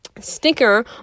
sticker